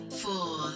four